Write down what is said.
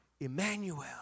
Emmanuel